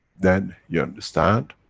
then you understand,